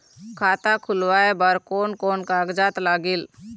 खाता खुलवाय बर कोन कोन कागजात लागेल?